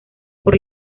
por